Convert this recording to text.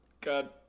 God